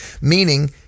Meaning